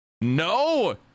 No